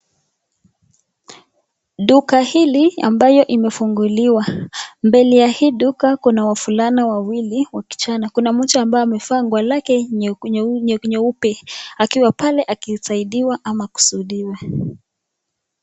Duka hili ambayo imefungiliwa mbele ya hii duka kuna wavulana wawili, kuna moja amevaa nguo lake nyekundu, nyeupe akiwa pale akisaidiwa ama kusuhudiwa.